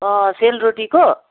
अँ सेलरोटीको